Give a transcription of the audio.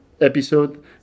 episode